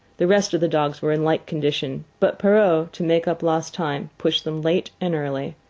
the rest of the dogs were in like condition but perrault, to make up lost time, pushed them late and early.